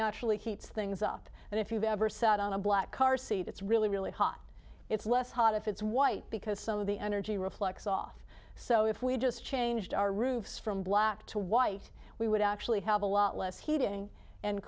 naturally keeps things up and if you've ever sat on a black car seat it's really really hot it's less hot if it's white because some of the energy reflects off so if we just changed our roofs from black to white we would actually have a lot less heating and